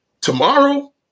tomorrow